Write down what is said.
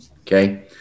okay